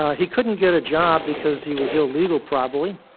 ah he couldn't get a job because he was illegal probably.